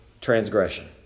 transgression